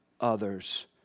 others